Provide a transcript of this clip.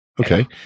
Okay